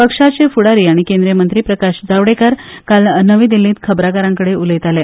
पक्षाचे फुडारी आनी केंद्रीय मंत्री प्रकाश जावडेकर काल नवी दिल्लीत खबराकारांकडेन उलयताले